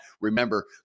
Remember